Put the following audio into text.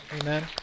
Amen